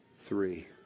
Three